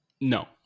No